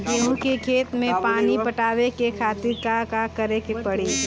गेहूँ के खेत मे पानी पटावे के खातीर का करे के परी?